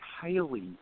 highly